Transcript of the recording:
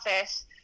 office